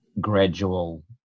gradual